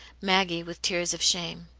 maggie with tears of shame.